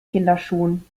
kinderschuhen